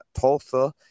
tulsa